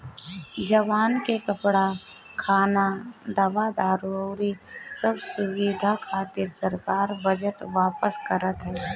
जवान के कपड़ा, खाना, दवा दारु अउरी सब सुबिधा खातिर सरकार बजट पास करत ह